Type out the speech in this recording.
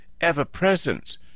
ever-present